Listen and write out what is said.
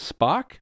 Spock